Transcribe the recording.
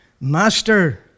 master